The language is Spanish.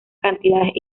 cantidades